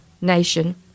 nation